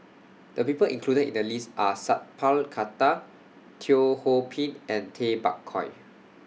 The People included in The list Are Sat Pal Khattar Teo Ho Pin and Tay Bak Koi